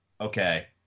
okay